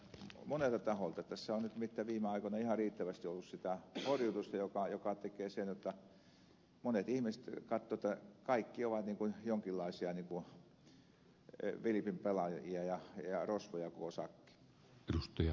tässä on nimittäin viime aikoina ihan riittävästi ollut sitä horjutusta joka tekee sen jotta monet ihmiset katsovat jotta kaikki ovat jonkinlaisia vilpin pelaajia ja rosvoja koko sakki